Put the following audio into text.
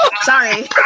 Sorry